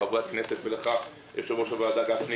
לחברי הכנסת ולך יושב ראש הוועדה גפני